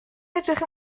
edrych